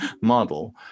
model